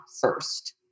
first